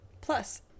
plus